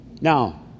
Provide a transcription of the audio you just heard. Now